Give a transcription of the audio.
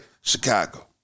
Chicago